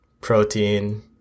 protein